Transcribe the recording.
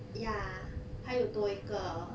ya 还有多一个